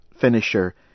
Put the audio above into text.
finisher